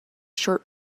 short